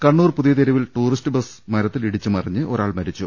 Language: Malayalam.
കണ്ണൂർ പുതിയതെരുവിൽ ടൂറിസ്റ്റ്ബസ് മരത്തിലിടിച്ച് മറിഞ്ഞ് ഒരാൾ മരിച്ചു